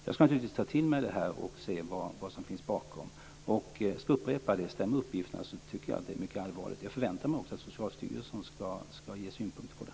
Jag ska naturligtvis ta till mig detta och se vad som finns bakom. Jag ska upprepa det: Stämmer uppgifterna tycker jag att det är mycket allvarligt. Jag förväntar mig också att Socialstyrelsen ska ge synpunkter på det.